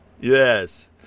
Yes